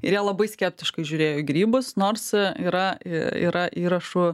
ir jie labai skeptiškai žiūrėjo į grybus nors yra yra įrašų